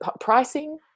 pricing